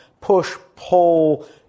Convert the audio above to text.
push-pull